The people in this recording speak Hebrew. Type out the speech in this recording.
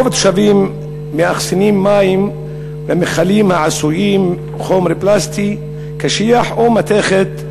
רוב התושבים מאחסנים מים במכלים העשויים חומר פלסטי קשיח או מתכת,